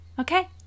Okay